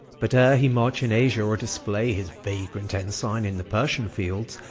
but, ere he march in asia, or display his vagrant ensign in the persian fields,